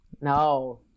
No